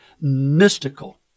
mystical